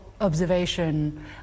observation